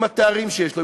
עם התארים שיש לו,